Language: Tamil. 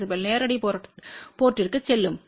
5 dB நேரடி போர்ட்த்திற்குச் செல்லும்